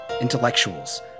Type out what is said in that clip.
Intellectuals